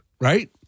right